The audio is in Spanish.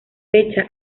fecha